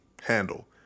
handle